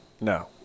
No